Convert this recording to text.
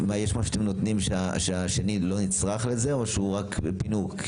יש משהו שאתם נותנים שהשני לא נצרך לזה או שרק פינוק?